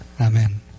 Amen